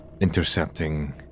intercepting